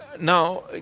Now